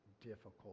difficult